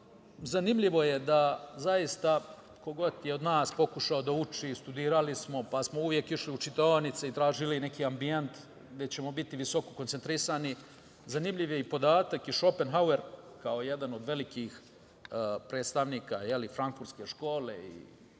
zanimljivo je da zaista ko god je od nas pokušao da uči, studirali smo, pa smo uvek išli u čitaonice i tražili neki ambijent gde ćemo biti visoko koncentrisani. Zanimljiv je podatak da je i Šopenhauer kao jedan od velikih predstavnika frankfurtske škole i